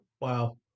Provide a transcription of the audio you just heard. Wow